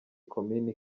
komini